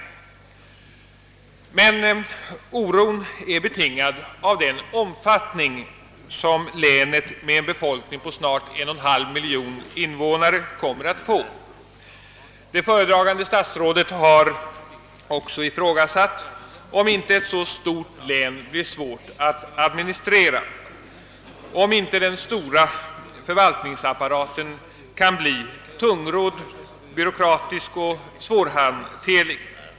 Oron är betingad av den omfattning som länet med en befolkning på snart en och en halv miljon invånare kommer att få. Det föredragande statsrådet har också ifrågasatt om inte ett så stort län blir svårt att administrera, och om inte den stora förvaltningsapparaten kan bli tungrodd, byråkratisk och svårhanterlig.